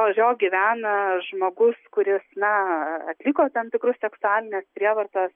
kurio gyvena žmogus kuris na atliko tam tikrus seksualinės prievartos